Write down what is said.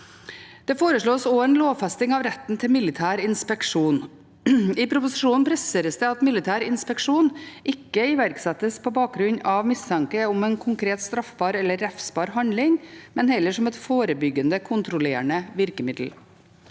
Det foreslås også en lovfesting av retten til militær inspeksjon. I proposisjonen presiseres det at militær inspeksjon ikke iverksettes på bakgrunn av mistanke om en konkret straffbar eller refsbar handling, men heller som et forebyggende, kontrollerende virkemiddel.